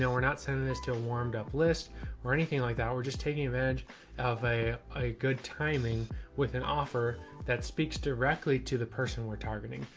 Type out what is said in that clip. so we're not sending this to a warmed up list or anything like that. we're just taking advantage of a a good timing with an offer that speaks directly to the person we're targeting.